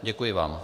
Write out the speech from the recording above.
Děkuji vám.